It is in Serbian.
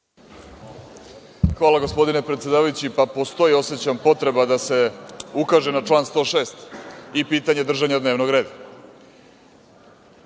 Hvala, gospodine predsedavajući. Postoji potreba da se ukaže na član 106. i pitanje držanja dnevnog reda.